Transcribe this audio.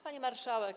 Pani Marszałek!